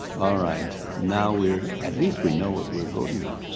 alright, now we're, at least we know what we're voting on.